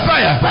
Fire